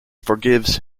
forgives